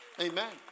Amen